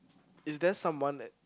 is there someone that